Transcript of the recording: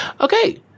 Okay